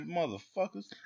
Motherfuckers